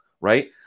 right